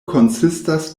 konsistas